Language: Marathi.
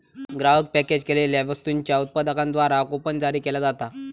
ग्राहक पॅकेज केलेल्यो वस्तूंच्यो उत्पादकांद्वारा कूपन जारी केला जाता